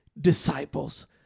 disciples